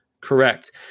Correct